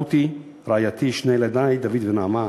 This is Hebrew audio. רותי רעייתי ושני ילדי דוד ונעמה,